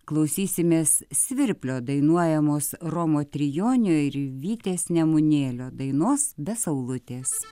klausysimės svirplio dainuojamos romo trijonio ir vytės nemunėlio dainos be saulutės